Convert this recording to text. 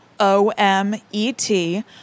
O-M-E-T